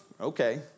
okay